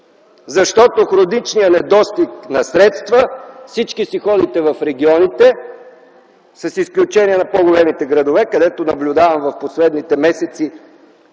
Хроничният недостиг на средства (всички си ходите в регионите) - с изключение на по-големите градове, където наблюдавам в последните месеци,